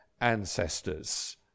ancestors